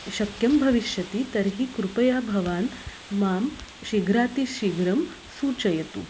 शक्यं भविष्यति तर्हि कृपया भवान् मां शीघ्रातिशीघ्रं सूचयतु